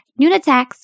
Nunatax